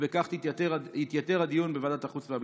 ובכך יתייתר הדיון בוועדת החוץ והביטחון.